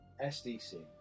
SDC